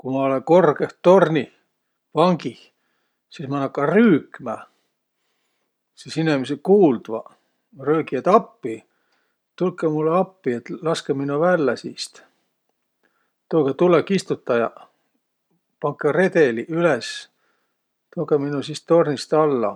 Ku ma olõ korgõh tornih vangih, sis ma nakka rüükmä. Sis inemiseq kuuldvaq. Ma röögi, et "Appi! Tulkõq mullõ appi! Laskõq minno vällä siist! Toogõq tulõkistutajaq! Pankõq redeli üles! Toogõq minno siist tornist alla!"